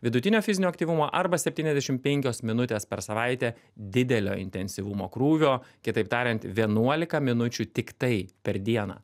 vidutinio fizinio aktyvumo arba septyniasdešimt penkios minutės per savaitę didelio intensyvumo krūvio kitaip tariant vienuolika minučių tiktai per dieną